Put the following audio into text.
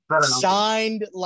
signed